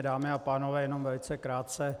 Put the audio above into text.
Dámy a pánové, jenom velice krátce.